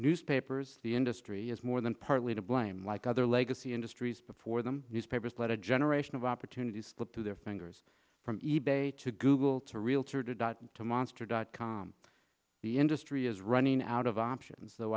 newspapers the industry is more than partly to blame like other legacy industries before them newspapers let a generation of opportunities slip through their fingers from e bay to google to realtor dot to monster dot com the industry is running out of options